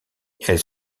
elle